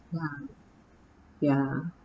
ya ya